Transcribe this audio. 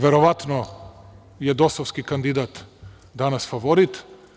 Verovatno je dosovski kandidat danas favorit.